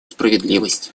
справедливость